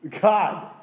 God